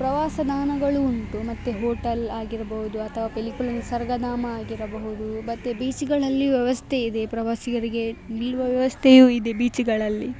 ಪ್ರವಾಸ ತಾಣಗಳು ಉಂಟು ಮತ್ತು ಹೋಟೆಲ್ ಆಗಿರ್ಬೋದು ಅಥವಾ ಪಿಲಿಕುಳ ನಿಸರ್ಗಧಾಮ ಆಗಿರಬಹುದು ಮತ್ತು ಬೀಚುಗಳಲ್ಲಿ ವ್ಯವಸ್ಥೆ ಇದೆ ಪ್ರವಾಸಿಗರಿಗೆ ನಿಲ್ಲುವ ವ್ಯವಸ್ಥೆಯೂ ಇದೆ ಬೀಚುಗಳಲ್ಲಿ